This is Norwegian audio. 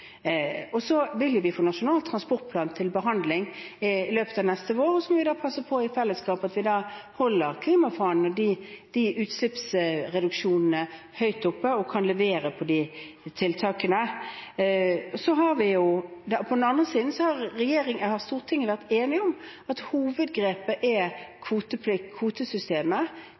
Så vil vi få Nasjonal transportplan til behandling i løpet av neste vår, og da må vi i fellesskap passe på at vi holder klimafanen og utslippsreduksjonene høyt oppe og kan levere på de tiltakene. På den andre siden har Stortinget vært enige om at hovedgrepet er kvotesystemet, innenfor den sektoren som i dag er en del av kvotesystemet,